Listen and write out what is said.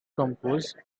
compose